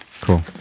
Cool